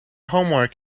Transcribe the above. homework